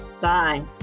bye